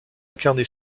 incarné